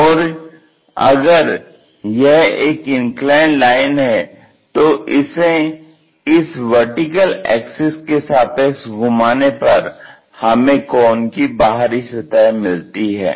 और अगर यह एक इंक्लाइन्ड लाइन है तो इसे इस वर्टिकल एक्सिस के सापेक्ष घुमाने पर हमें कोन की बाहरी सतह मिलती है